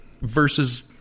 versus